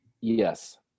Yes